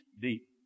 deep